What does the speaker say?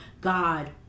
God